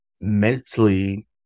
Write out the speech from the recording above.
mentally